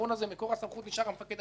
מקור הסמכות נשאר המפקד הצבאי,